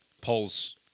polls